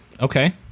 Okay